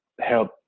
help